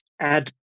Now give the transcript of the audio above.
add